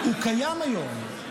הוא קיים היום.